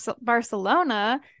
Barcelona